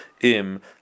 im